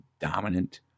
dominant